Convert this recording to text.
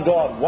God